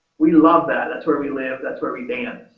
we love that. that's where we live. that's where we ban,